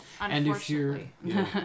Unfortunately